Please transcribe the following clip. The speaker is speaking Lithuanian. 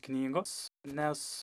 knygos nes